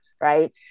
right